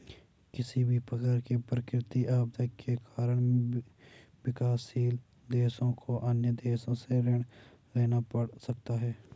किसी प्रकार की प्राकृतिक आपदा के कारण विकासशील देशों को अन्य देशों से ऋण लेना पड़ सकता है